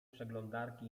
przeglądarki